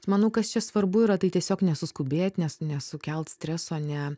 manau kad čia svarbu yra tai tiesiog nesuskubėt ne nesukelt streso ne